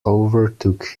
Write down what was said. overtook